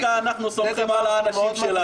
דווקא אנחנו סומכים על האנשים שלנו.